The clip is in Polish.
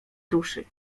duszy